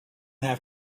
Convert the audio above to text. have